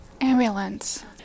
Ambulance